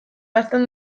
hasten